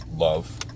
love